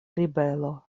ribelo